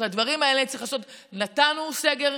נתנו סגר,